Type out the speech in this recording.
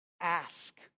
Ask